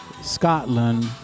Scotland